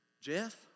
Jeff